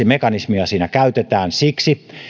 mekanismia siinä käytetään siksi